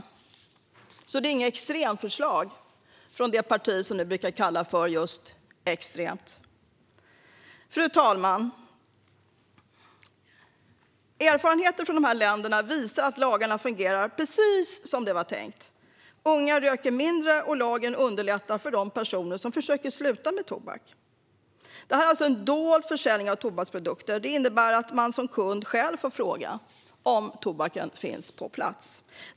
Detta är alltså inget extremförslag från det parti som ni brukar kalla för just extremt. Fru talman! Erfarenheter från dessa länder visar att lagarna fungerar precis som det var tänkt. Unga röker mindre, och lagen underlättar för de personer som försöker sluta med tobak. Detta handlar om en dold försäljning av tobaksprodukter. Det innebär att man som kund själv får fråga om tobaken finns på plats.